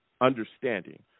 understanding